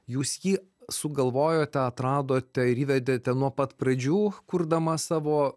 jūs jį sugalvojote atradote ir įvedėte nuo pat pradžių kurdama savo